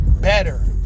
better